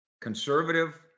conservative